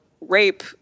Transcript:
rape